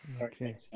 okay